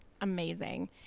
Amazing